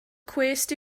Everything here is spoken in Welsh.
cwest